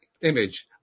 image